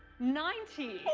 ninety!